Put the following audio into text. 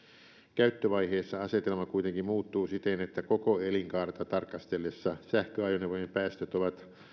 käyttövaiheessa asetelma kuitenkin muuttuu siten että koko elinkaarta tarkasteltaessa sähköajoneuvojen päästöt ovat